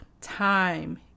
time